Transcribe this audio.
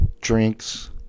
drinks